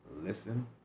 listen